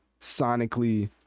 sonically